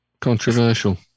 Controversial